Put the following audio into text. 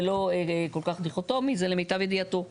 זה לא כל כך דיכוטומי, זה למיטב ידיעתו המקצועית,